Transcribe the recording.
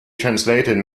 translated